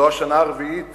זו השנה הרביעית